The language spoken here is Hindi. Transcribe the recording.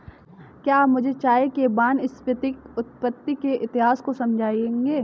क्या आप मुझे चाय के वानस्पतिक उत्पत्ति के इतिहास को समझाएंगे?